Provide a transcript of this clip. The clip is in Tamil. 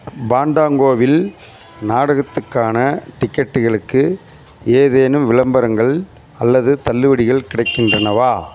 பாண்டாங்கோவில் நாடகத்துக்கான டிக்கெட்டுகளுக்கு ஏதேனும் விளம்பரங்கள் அல்லது தள்ளுபடிகள் கிடைக்கின்றனவா